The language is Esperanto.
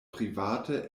private